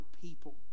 people